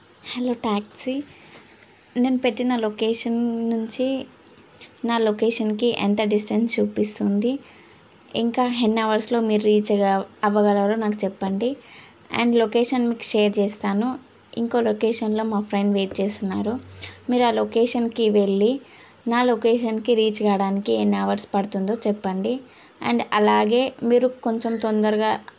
hello taxi నేను పెట్టిన location నుంచి నా లొకేషన్కి ఎంత డిస్టెన్స్ చూపిస్తుంది ఇంకా ఎన్ని అవర్స్లో మీరు రీచ్ అవ్వగలరు నాకు చెప్పండి అండ్ లొకేషన్ మీకు షేర్ చేస్తాను ఇంకో లొకేషన్లో మా ఫ్రెండ్ వెయిట్ చేస్తున్నారు మీరు ఆ లొకేషన్కి వెళ్ళి నా లొకేషన్కి రీచ్ కావడానికి ఎన్ని అవర్స్ పడుతుందో చెప్పండి అండ్ అలాగే మీరు కొంచెం తొందరగా